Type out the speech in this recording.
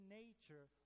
nature